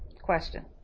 Question